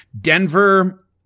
Denver